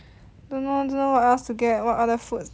don't know don't know what else to get what other food